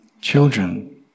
children